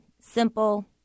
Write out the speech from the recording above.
Simple